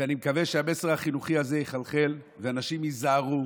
אני מקווה שהמסר החינוכי הזה יחלחל ואנשים ייזהרו